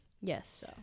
Yes